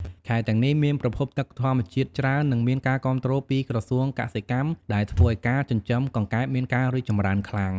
ខេត្តទាំងនេះមានប្រភពទឹកធម្មជាតិច្រើន និងមានការគាំទ្រពីក្រសួងកសិកម្ម ដែលធ្វើឲ្យការចិញ្ចឹមកង្កែបមានការរីកចម្រើនខ្លាំង។